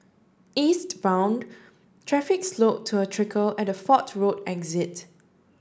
eastbound traffic slowed to a trickle at the Fort Road exit